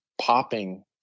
popping